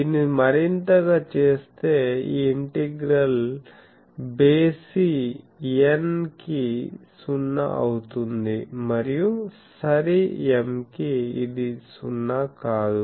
దీన్ని మరింతగా చేస్తే ఈ ఇంటిగ్రల్ బేసి n కి 0 అవుతుంది మరియు సరి m కి ఇది 0 కాదు